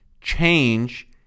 change